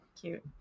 cute